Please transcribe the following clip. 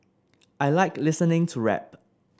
I like listening to rap